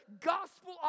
gospel